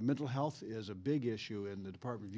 mental health is a big issue in the department of